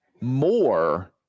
more